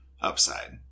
upside